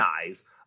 eyes